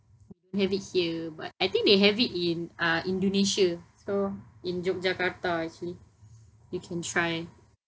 have it here but I think they have it in uh indonesia so in Jakarta actually you can try